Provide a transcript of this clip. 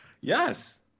Yes